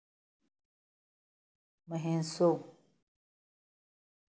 म्हेसो